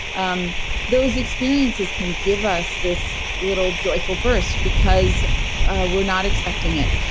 um those experiences can give us this little joyful burst because we're not expecting it.